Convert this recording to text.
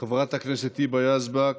חברת הכנסת היבה יזבק,